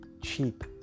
Cheap